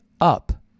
up